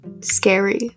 scary